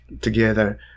together